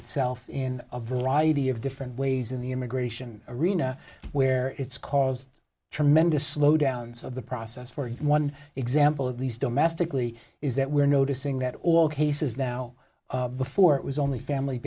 itself in a variety of different ways in the immigration arena where it's caused tremendous slowdowns of the process for one example at least domestically is that we're noticing that all cases now before it was only family